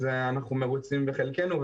אז אנחנו מרוצים בחלקנו.